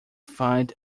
find